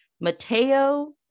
mateo